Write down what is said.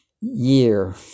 year